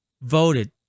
voted